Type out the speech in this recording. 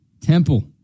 Temple